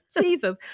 Jesus